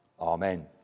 Amen